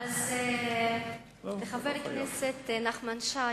לחבר הכנסת נחמן שי,